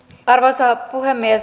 arvoisa puhemies